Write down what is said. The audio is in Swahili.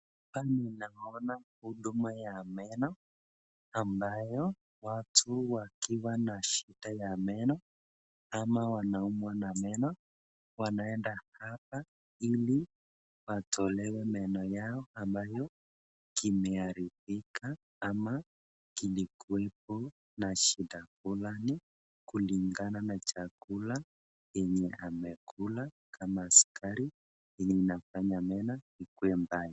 Hapa ninaona huduma ya meno ambayo watu wakiwa na shida ya meno ama wanaumwa na meno wanaenda hapa ili watolewe meno yao ambayo kimeharibika ama kilikuwepo na shida fulani kulingana na chakula yenye amekula kama sukari yenye inafanya meno ikuwe mbaya.